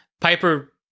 Piper